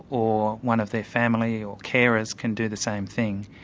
or one of their family or carers can do the same thing.